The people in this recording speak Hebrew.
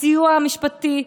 הסיוע המשפטי,